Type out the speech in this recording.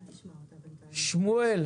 שמואל,